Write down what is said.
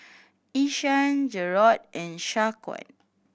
Ishaan Jerrold and Shaquan